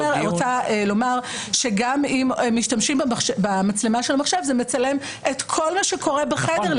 גם אם משתמשים במצלמה של המחשב זה מצלם את כל מה שקורה בחדר.